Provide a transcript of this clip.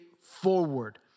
forward